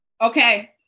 okay